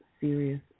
Serious